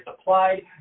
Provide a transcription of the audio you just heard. applied